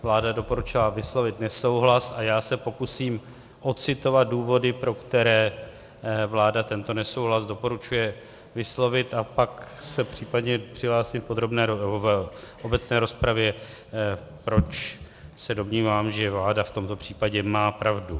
Vláda doporučila vyslovit nesouhlas a já se pokusím odcitovat důvody, pro které vláda tento nesouhlas doporučuje vyslovit, a pak se případně přihlásím v obecné rozpravě, proč se domnívám, že vláda v tomto případě má pravdu.